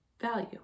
value